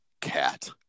cat